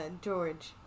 George